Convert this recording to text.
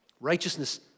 righteousness